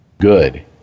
good